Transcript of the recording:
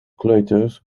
kleuters